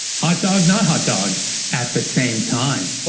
hot dog not hot dog at the same time.